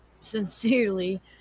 Sincerely